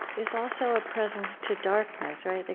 is also a presence to darkness, right? like